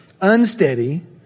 unsteady